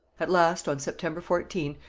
at last, on september fourteen,